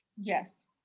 Yes